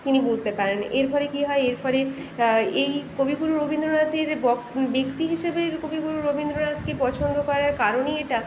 তিনি বুঝতে পারেন এরপরে কী হয় এরপরে এই কবিগুরু রবীন্দ্রনাথের ব্যক্তি হিসেবে কবিগুরু রবীন্দ্রনাথকে পছন্দ করার কারণই এটা